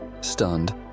Stunned